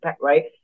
right